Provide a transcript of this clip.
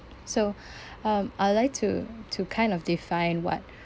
so um I'd like to to kind of define what